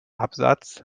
absatz